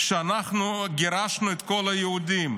שאנחנו גירשנו את כל היהודים,